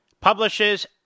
publishes